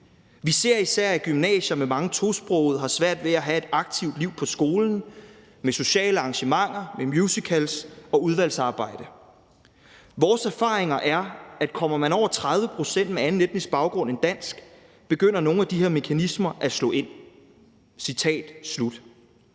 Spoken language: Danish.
Vi ser især, at gymnasier med mange tosprogede har svært ved at have et aktivt liv på skolen med sociale arrangementer, musicals og udvalgsarbejde. Vores erfaringer er, at kommer man over 30 procent med anden etnisk baggrund end dansk, begynder nogle af de her mekanismer at slå ind«.